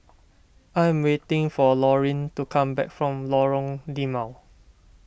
I am waiting for Lorine to come back from Lorong Limau